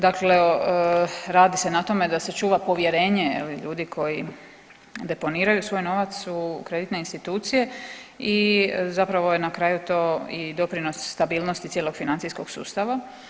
Dakle, radi se na tome da se čuva povjerenje ljudi koji deponiraju svoj novac u kreditne institucije i zapravo je na kraju to i doprinos stabilnosti cijelog financijskog sustava.